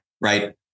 Right